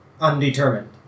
Undetermined